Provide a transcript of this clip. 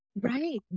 Right